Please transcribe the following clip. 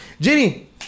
Ginny